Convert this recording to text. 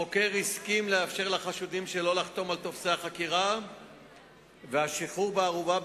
החוקר הסכים לאפשר לחשודים שלא לחתום על טופסי החקירה והשחרור בערובה,